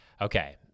Okay